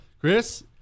Chris